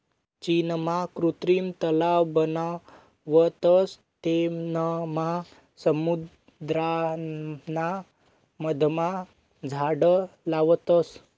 चीनमा कृत्रिम तलाव बनावतस तेनमा समुद्राना मधमा झाड लावतस